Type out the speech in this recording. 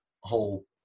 whole